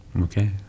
okay